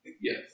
Yes